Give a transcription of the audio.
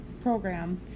program